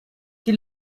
die